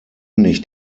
nicht